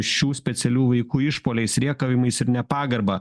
šių specialių vaikų išpuoliais rėkavimais ir nepagarba